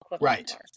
right